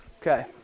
okay